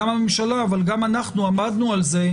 גם הממשלה וגם אנחנו עמדנו על כך